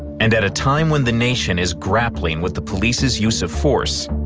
and at a time when the nation is grappling with the police's use of force,